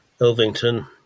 Elvington